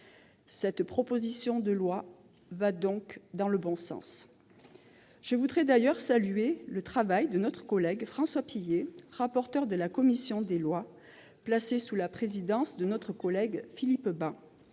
Cette proposition de loi va donc dans le bon sens. Je voudrais d'ailleurs saluer le travail de notre collègue François Pillet, rapporteur de la commission des lois- commission présidée notre collègue Philippe Bas